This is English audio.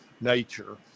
nature